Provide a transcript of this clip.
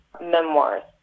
memoirs